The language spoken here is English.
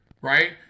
Right